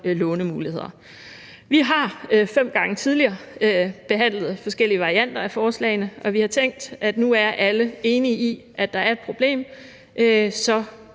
lånemuligheder. Kl. 13:57 Vi har fem gange tidligere behandlet forskellige varianter af forslagene, og vi har tænkt, at nu er alle enige i, at der er et problem, og